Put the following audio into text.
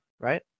right